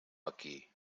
aquí